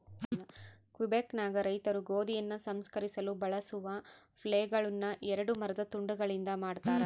ಕ್ವಿಬೆಕ್ನಾಗ ರೈತರು ಗೋಧಿಯನ್ನು ಸಂಸ್ಕರಿಸಲು ಬಳಸುವ ಫ್ಲೇಲ್ಗಳುನ್ನ ಎರಡು ಮರದ ತುಂಡುಗಳಿಂದ ಮಾಡತಾರ